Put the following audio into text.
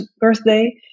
birthday